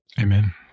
Amen